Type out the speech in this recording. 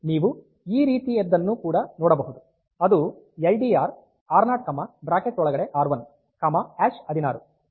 ನೀವು ಈ ರೀತಿಯದ್ದನ್ನು ಕೂಡ ನೋಡಬಹುದು ಅದು ಎಲ್ ಡಿ ಆರ್ ಆರ್0 ಆರ್1 16 ಇದನ್ನು ಬರೆಯುವ ಇನ್ನೊಂದು ವಿಧಾನ ಇದಾಗಿದೆ